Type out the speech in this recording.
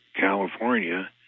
California